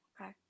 okay